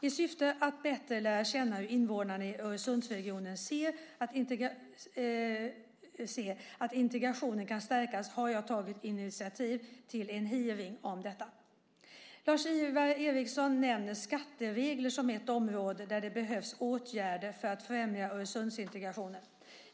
I syfte att bättre lära känna hur invånarna i Öresundsregionen ser att integrationen kan stärkas har jag tagit initiativ till en hearing om detta. Lars-Ivar Ericson nämner skatteregler som ett område där det behövs åtgärder för att främja Öresundsintegrationen.